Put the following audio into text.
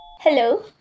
Hello